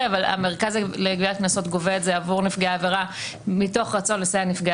המרכז לגביית קנסות גובה את זה עבור נפגעי עבירה מתוך רצון לסייע לנפגעי